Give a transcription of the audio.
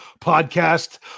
podcast